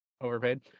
Overpaid